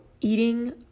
eating